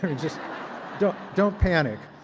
just don't don't panic.